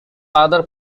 other